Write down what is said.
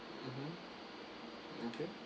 mmhmm okay